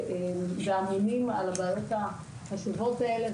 והאמונים על הוועדות החשובות האלה.